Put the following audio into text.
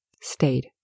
stayed